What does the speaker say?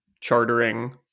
chartering